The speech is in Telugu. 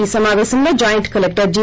ఈ సమాపేశంలో జాయింట్ కలెక్లర్ జి